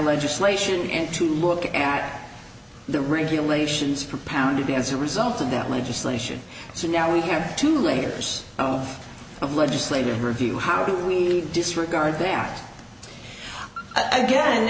legislation and to look at the regulations propounded b as a result of that legislation so now we have two layers of legislative review how do we disregard i asked again